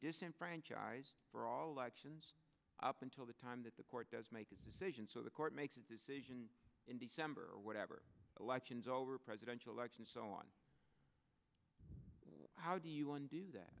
disenfranchised for all options up until the time that the court does make a decision so the court makes a decision in december or whatever elections over a presidential election so on how do you on do that